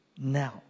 now